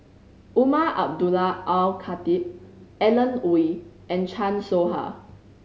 Umar Abdullah Al Khatib Alan Oei and Chan Soh Ha